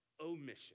omission